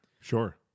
sure